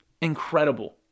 incredible